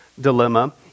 dilemma